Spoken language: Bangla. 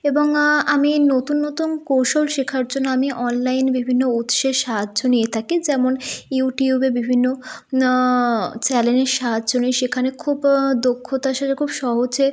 এবং আমি নতুন নতুন কৌশল শেখার জন্য আমি অনলাইন বিভিন্ন উৎসের সাহায্য নিয়ে থাকি যেমন ইউটিউবে বিভিন্ন চ্যানেলের সাহায্য নিই সেখানে খুব দক্ষতার সাহায্যে খুব সহজে